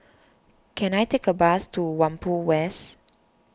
can I take a bus to Whampoa West